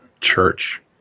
church